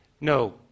No